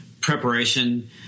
preparation